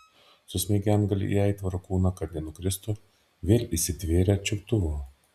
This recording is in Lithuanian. susmeigė antgalį į aitvaro kūną kad nenukristų vėl įsitvėrė čiuptuvo